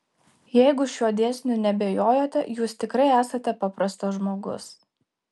jeigu šiuo dėsniu neabejojate jūs tikrai esate paprastas žmogus